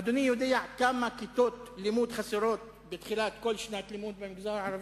אדוני יודע כמה כיתות לימוד חסרות בתחילת כל שנת לימוד במגזר הערבי?